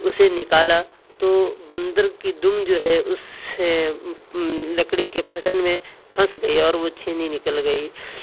اسے نكالا تو بندر کی دم جو ہے اس لکڑی کے پھٹن میں پھنس گئی اور وہ چھینی نکل گئی